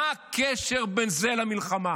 מה הקשר בין זה למלחמה?